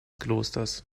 klosters